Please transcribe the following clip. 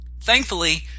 Thankfully